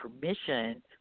permission